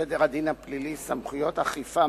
סדר הדין הפלילי (סמכויות אכיפה,